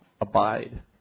abide